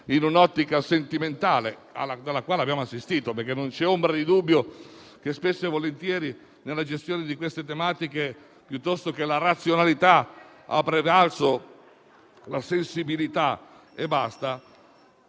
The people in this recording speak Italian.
in una sentimentale, alla quale abbiamo assistito - non c'è ombra di dubbio che spesso nella gestione di queste tematiche piuttosto che la razionalità abbia prevalso la sensibilità *tout